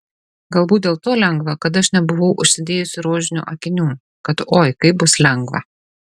galbūt dėl to lengva kad aš nebuvau užsidėjusi rožinių akinių kad oi kaip bus lengva